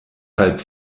halb